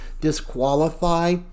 disqualify